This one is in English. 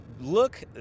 look